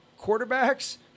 quarterbacks